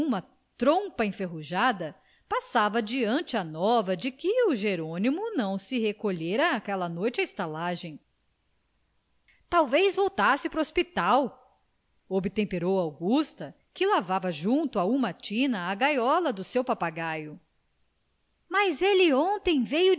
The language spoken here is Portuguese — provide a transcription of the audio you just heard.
uma trompa enferrujada passava adiante a nova de que o jerônimo não se recolhera aquela noite à estalagem talvez voltasse pro hospital obtemperou augusta que lavava junto a uma tina a gaiola do seu papagaio mas ele ontem